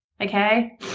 Okay